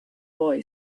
boy